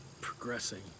progressing